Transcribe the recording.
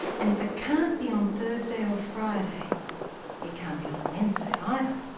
and if it can't be on thursday or friday it can't be on wednesday either,